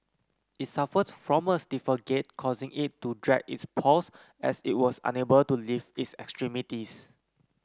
it suffered from a stiffer gait causing it to drag its paws as it was unable to lift its extremities